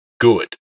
good